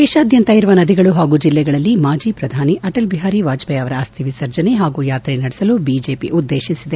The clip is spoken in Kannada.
ದೇಶಾದ್ಯಂತ ಇರುವ ನದಿಗಳು ಹಾಗೂ ಜಿಲ್ಲೆಗಳಲ್ಲಿ ಮಾಜಿ ಪ್ರಧಾನಿ ಆಟಲ್ ಬಿಹಾರಿ ವಾಜಪೇಯಿ ಅವರ ಅಸ್ತಿ ವಿಸರ್ಜನೆ ಮತ್ತು ಯಾತ್ರೆ ನಡೆಸಲು ಬಿಜೆಪಿ ಉದ್ಲೇಶಿಸಿದೆ